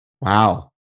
Wow